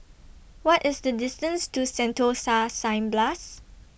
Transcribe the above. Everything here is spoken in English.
What IS The distance to Sentosa Cineblast